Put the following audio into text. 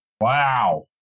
Wow